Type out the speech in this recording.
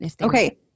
Okay